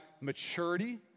maturity